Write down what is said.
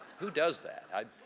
who does that? i.